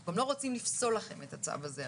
גם לא רוצים לפסול לכם את הצו הזה,